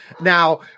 Now